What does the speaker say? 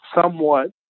somewhat